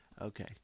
Okay